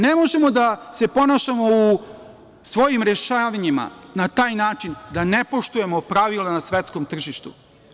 Ne možemo da se ponašamo u svojim rešavanjima na taj način da ne poštujemo pravila na svetskom tržištu.